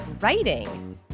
writing